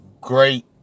great